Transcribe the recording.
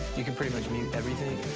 you can pretty much mute everything.